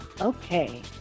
okay